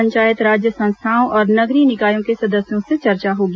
पंचायत राज्य संस्थाओं और नगरीय निकायों के सदस्यों से चर्चा होगी